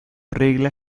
regla